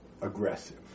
aggressive